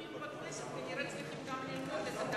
שנואמים בכנסת כנראה צריכים גם ללמוד את הדבר.